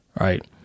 right